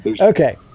Okay